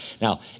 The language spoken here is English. Now